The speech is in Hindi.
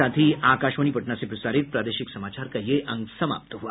इसके साथ ही आकाशवाणी पटना से प्रसारित प्रादेशिक समाचार का ये अंक समाप्त हुआ